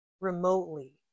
remotely